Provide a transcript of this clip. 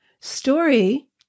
Story